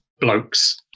blokes